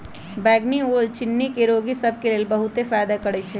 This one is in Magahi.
बइगनी ओल चिन्नी के रोगि सभ के लेल बहुते फायदा करै छइ